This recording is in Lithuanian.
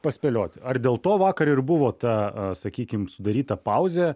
paspėlioti ar dėl to vakar ir buvo ta sakykim sudaryta pauzė